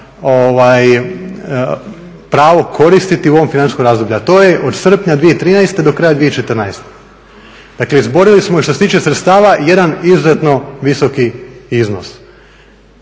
pravo koristiti u ovom financijskom razdoblju, a to je od srpnja 2013. do kraja 2014. Dakle, izborili smo i što se tiče sredstava jedan izuzetno visoki iznos.